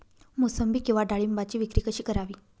मोसंबी किंवा डाळिंबाची विक्री कशी करावी?